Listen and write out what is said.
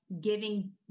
giving